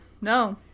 no